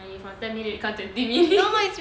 you from ten minute become twenty minute